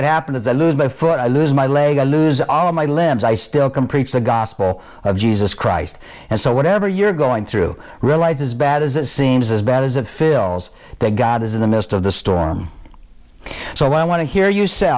could happen as i lose before i lose my leg i lose all of my limbs i still can preach the gospel of jesus christ and so whatever you're going through realize as bad as it seems as bad as it fills that god is in the midst of the storm so i want to hear you s